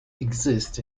exist